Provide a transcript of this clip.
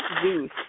zeus